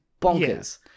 bonkers